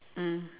mm